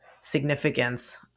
significance